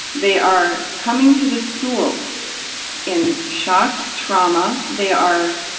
they are coming to the school in shock, trauma. they are